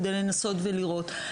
כדי לנסות ולראות.